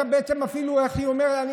איך היא אומרת?